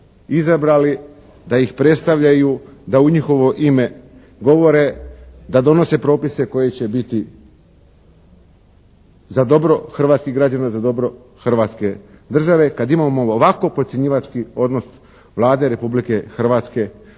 izabrali da ih predstavljaju da u njihovo ime govore, da donose propise koji će biti za dobro hrvatskih građana, za dobro hrvatske države kad imamo ovako podcjenjivački odnos Vlade Republike Hrvatske prema